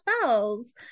spells